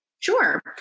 Sure